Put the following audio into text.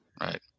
Right